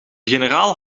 generaal